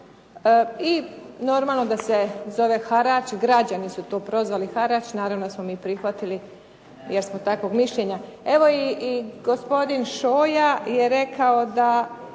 i normalno da se zove harač, građani su to prozvali harač, naravno da smo mi prihvatili jer smo takvog mišljenja. I gospodin Šoja je rekao da